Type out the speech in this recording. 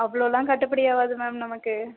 அவ்வளோலாம் கட்டுப்படி ஆகாது மேம் நமக்கு